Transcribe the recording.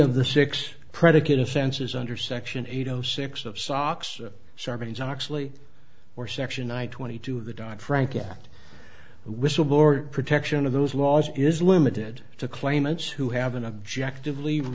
of the six predicate offenses under section eight zero six of socks sarbanes oxley or section i twenty two the dock frank yet whistleblower protection of those laws is limited to claimants who have an objective leave